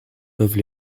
peuvent